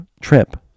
trip